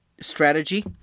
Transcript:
strategy